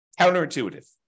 Counterintuitive